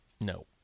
No